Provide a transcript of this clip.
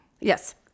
Yes